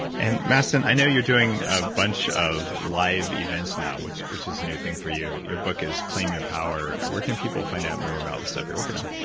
and mastin, i know you're doing a bunch of live events now, which which is new thing for you. your book is claim your power. where can people find out more about the stuff you're working on?